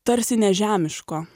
tarsi nežemiško